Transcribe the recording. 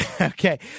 Okay